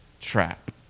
trap